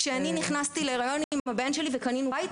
כשנכנסתי להיריון עם הבן שלי וקנינו בית,